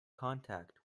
contact